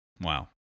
Wow